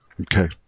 Okay